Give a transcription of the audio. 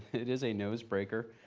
it is a nose-breaker.